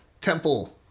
temple